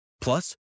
Plus